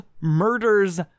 murders